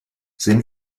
sehen